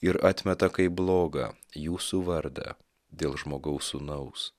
ir atmeta kaip blogą jūsų vardą dėl žmogaus sūnaus